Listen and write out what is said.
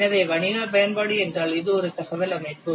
எனவே வணிக பயன்பாடு என்றால் இது ஒரு தகவல் அமைப்பு